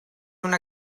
una